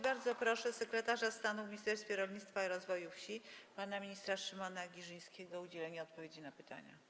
Bardzo proszę sekretarza stanu w Ministerstwie Rolnictwa i Rozwoju Wsi pana ministra Szymona Giżyńskiego o udzielenie odpowiedzi na pytania.